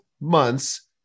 months